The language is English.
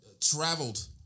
traveled